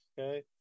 Okay